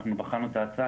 אנחנו בחנו את ההצעה,